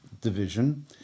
division